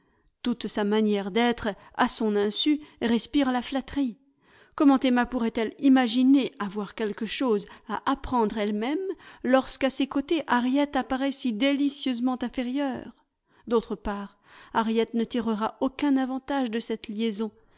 toute sa manière d'être à son insu respire la flatterie comment emma pourrait-elle imaginer avoir quelque chose à apprendre elle-même lorsqu'à ses côtés harriet apparaît si délicieusement inférieure d'autre part harriet ne tirera aucun avantage de cette liaison